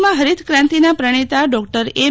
દેશમાં હરીતક્રાંતિના પ્રણેતા ડોકટર એમ